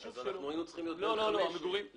שאז היינו צריכים להיות בין 5 ל-6.2.